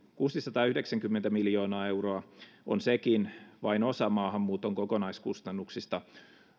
kuusisataayhdeksänkymmentä miljoonaa euroa on sekin vain osa maahanmuuton kokonaiskustannuksista